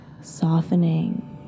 softening